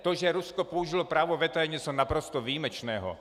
To, že Rusko použilo právo veta, je něco naprosto výjimečného.